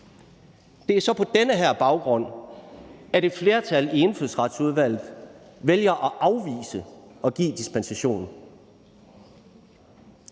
Det er så på den her baggrund, at et flertal i Indfødsretsudvalget vælger at afvise at give dispensation.